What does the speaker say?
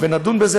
ונדון בזה,